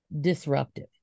disruptive